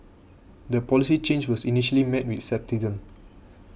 the policy change was initially met with scepticism